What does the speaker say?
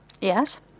Yes